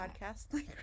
podcast